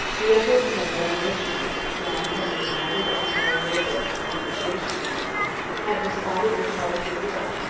the upper canada militiamen, drawn from the united empire loyalists and from the british-born, had responded with hearty goodwill,